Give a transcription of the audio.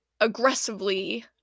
aggressively